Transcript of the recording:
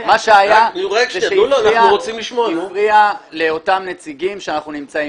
זה שהפריע לאותם נציגים שאנחנו נמצאים.